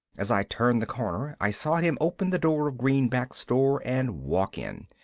as i turned the corner i saw him open the door of greenback's store and walk in.